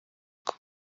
kigo